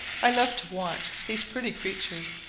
i love to watch these pretty creatures,